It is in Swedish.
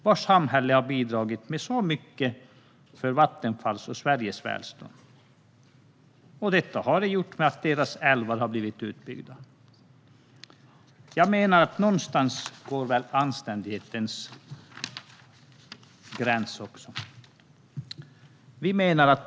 Storumans samhälle har bidragit med mycket för Vattenfalls och Sveriges välstånd, och det har gjorts genom att dess älvar har blivit utbyggda. Jag menar att anständighetens gräns måste gå någonstans.